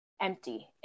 empty